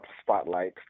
spotlight